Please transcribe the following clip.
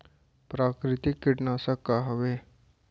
प्राकृतिक कीटनाशक का हवे?